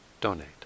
donate